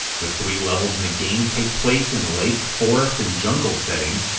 the three levels in the game take place in lake, forest, and jungle settings,